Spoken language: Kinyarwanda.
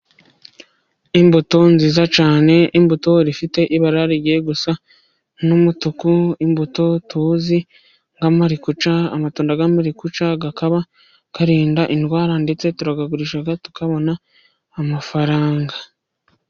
Imbuto nziza cyan imbuto zifite ibara rigiye gusa n'umutuku. Imbuto tuzi nka marikujya amatunda yamarikujya glakaba arinda indwara, ndetse turayagurisha tukabona amafaranga.